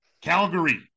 Calgary